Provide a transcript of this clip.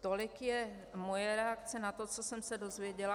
Tolik je moje reakce na to, co jsem se dozvěděla.